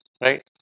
right